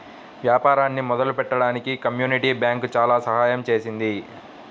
వ్యాపారాన్ని మొదలుపెట్టడానికి community bank చాలా సహాయం చేసింది